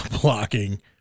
blocking